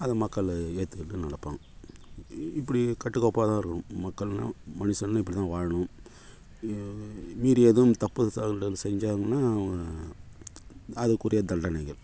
அது மக்கள் ஏற்றுக்கிட்டு நடப்பாங்க இ இப்படி கட்டுக்கோப்பாக தான் இருக்கணும் மக்களும் மனுசன்னால் இப்படி தான் வாழணும் வேறு எதுவும் தப்பு தவறுகள் எதுவும் செஞ்சாங்கன்னால் அதற்குரிய தண்டனைகள்